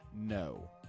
No